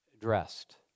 dressed